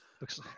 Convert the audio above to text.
Looks